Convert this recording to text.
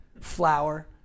Flour